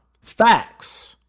facts